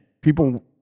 people